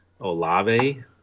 Olave